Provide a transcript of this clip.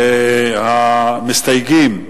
שהמסתייגים,